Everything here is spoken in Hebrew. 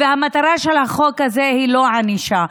המטרה של החוק הזה היא לא ענישה.